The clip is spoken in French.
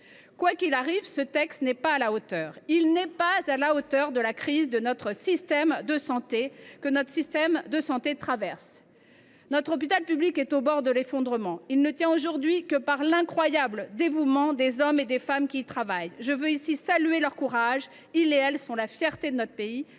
quoi qu’il arrive, ce texte n’est pas à la hauteur. Il n’est pas à la hauteur de la crise que notre système de santé traverse. Notre hôpital public est au bord de l’effondrement. Il ne tient aujourd’hui que par l’incroyable dévouement des hommes et des femmes qui y travaillent. Je veux ici saluer leur courage, ils sont la fierté de notre pays,